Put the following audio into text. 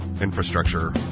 infrastructure